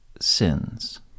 sins